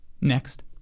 next